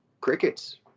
crickets